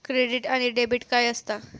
Credit आणि debit काय असता?